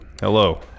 Hello